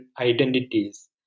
identities